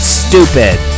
stupid